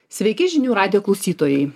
sveiki žinių radijo klausytojai